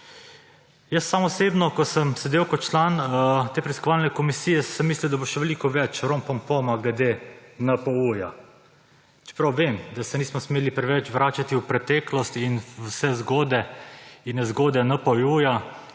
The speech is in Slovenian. Sam osebno, ko sem sedel kot član te preiskovalne komisije, sem mislil, da bo še veliko več rompompoma glede NPU. Čeprav vem, da se nismo smeli preveč vračati v preteklost in vse zgode in nezgode NPU,